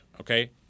Okay